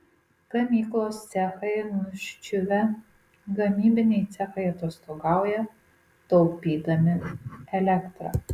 gamyklos cechai nuščiuvę gamybiniai cechai atostogauja taupydami elektrą